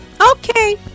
Okay